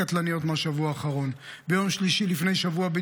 אז אני שואל כאן כמו שאני שואל כבר